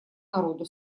народу